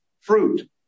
fruit